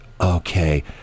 okay